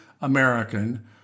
American